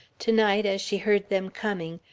to-night, as she heard them coming,